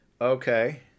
Okay